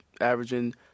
averaging